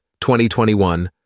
2021